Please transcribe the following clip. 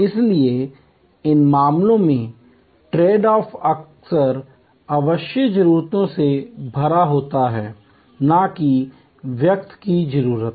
इसलिए इन मामलों में ट्रेड ऑफ अक्सर अव्यक्त जरूरतों से भरा होता है न कि व्यक्त की जरूरत